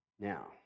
Now